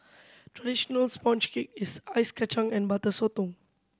traditional sponge cake is Ice Kachang and Butter Sotong